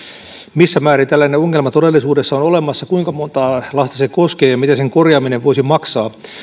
missä määrin tällainen ongelma todellisuudessa on olemassa kuinka montaa lasta se koskee ja mitä sen korjaaminen voisi maksaa